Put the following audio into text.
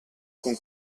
con